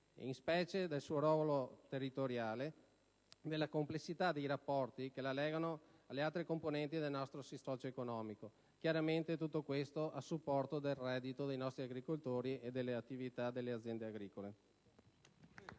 in specie, del suo ruolo territoriale e della complessità dei rapporti che la legano alle altre componenti del nostro sistema socioeconomico. Tutto questo, chiaramente, a supporto del reddito dei nostri agricoltori e delle attività delle aziende agricole.